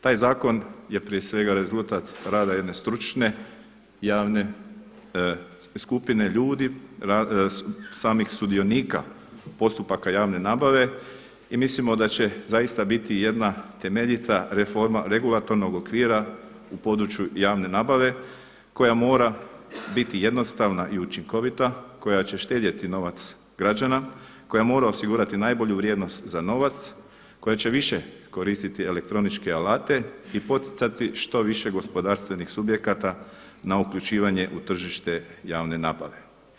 Taj zakon je prije svega rezultat rada jedne stručne javne skupine ljudi, samih sudionika postupaka javne nabave i mislimo da će zaista biti jedna temeljita reforma regulatornog okvira u području javne nabave koja mora biti jednostavna i učinkovita, koja će štedjeti novac građana, koja mora osigurati najbolju vrijednosti za novac, koja će više koristiti elektroničke alate i poticati što više gospodarstvenih subjekata na uključivanje u tržište javne nabave.